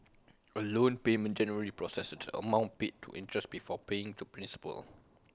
A loan payment generally processes the amount paid to interest before paying to principal